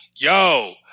yo